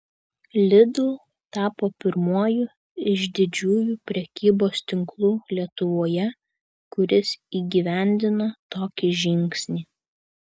lidl tapo pirmuoju iš didžiųjų prekybos tinklų lietuvoje kuris įgyvendino tokį žingsnį